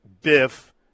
Biff